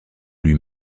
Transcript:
lui